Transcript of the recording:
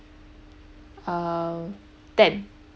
uh ten